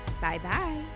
Bye-bye